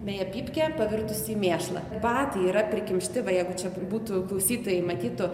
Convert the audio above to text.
beje pypkė pavirtusi į mėšlą batai yra prikimšti va jeigu čia būtų klausytojai matytų